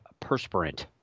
perspirant